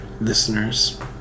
listeners